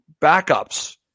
backups